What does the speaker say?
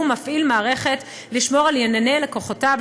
מפעיל מערכת לשמור על ענייני לקוחותיו,